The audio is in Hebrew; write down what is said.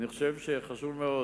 אני חושב שחשוב מאוד